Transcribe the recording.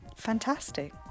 Fantastic